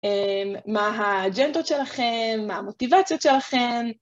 מה האג'נדות שלכם, מה המוטיבציות שלכם.